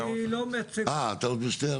יש לי עוד שתי הערות.